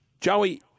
Joey –